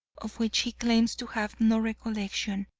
of which he claims to have no recollection.